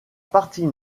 partie